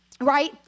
right